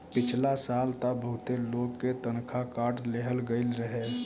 पिछला साल तअ बहुते लोग के तनखा काट लेहल गईल रहे